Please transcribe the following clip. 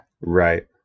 Right